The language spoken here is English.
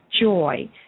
joy